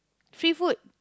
free food